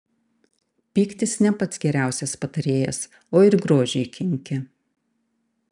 pyktis ne pats geriausias patarėjas o ir grožiui kenkia